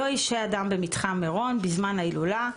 לא ישהה אדם במתחם מירון בזמן ההילולה,